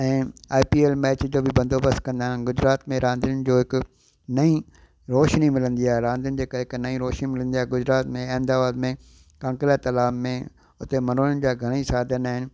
ऐं I P L match जो बि बंदोबस्तु कंदा आहिनि गुजरात में रांदियुनि जो हिकु नईं रौशनी मिलंदी आहे रांदियुनि जे करे हिकु नईं रौशनी मिलंदी आहे गुजरात में अहमदाबाद में कंकरा तालाब में उते मनोरंजन जा घणा ई साधन आहिनि